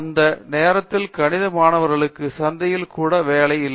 அந்த நேரத்தில் கணித மாணவர்களுக்கு சந்தையில் கூட வேலை இல்லை